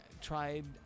tried